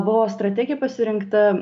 buvo strategija pasirinkta